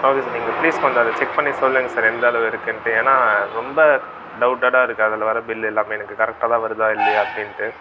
okay sir நீங்கள் please கொஞ்சம் அதை செக் பண்ணி சொல்லுங்கள் சார் எந்தளவு இருக்குதுன்ட்டு ஏன்னால் ரொம்ப டவுட்டடாக இருக்குது அதில் வர பில் எல்லாமே எனக்கு கரெக்டாக தான் வருதா இல்லையா அப்படின்ட்டு